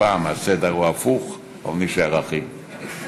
הפעם הסדר הוא הפוך, אבל נישאר אחים.